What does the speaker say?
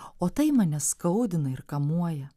o tai mane skaudina ir kamuoja